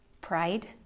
pride